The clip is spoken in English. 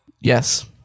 Yes